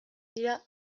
dira